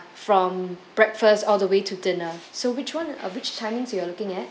from breakfast all the way to dinner so which one uh which timings you are looking at